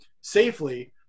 safely